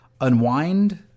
Unwind